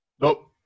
Nope